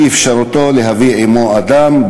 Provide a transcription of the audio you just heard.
באפשרותו להביא עמו אדם,